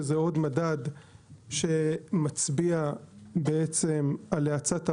שזה עוד מדד שמצביע על האצת הרשת,